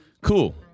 cool